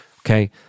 okay